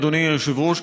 אדוני היושב-ראש,